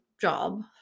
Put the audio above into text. job